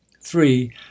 Three